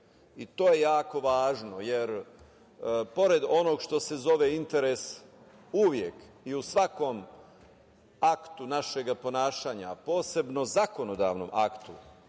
To je jako važno jer pored onoga što se zove interes, uvek i u svakom aktu našeg ponašanja, a posebno zakonodavnom aktu,